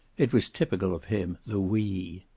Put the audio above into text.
it was typical of him, the we.